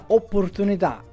opportunità